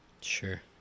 Sure